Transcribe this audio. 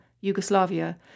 Yugoslavia